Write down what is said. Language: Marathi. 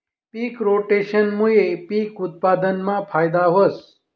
पिक रोटेशनमूये पिक उत्पादनमा फायदा व्हस